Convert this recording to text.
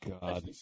God